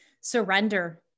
surrender